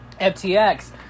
ftx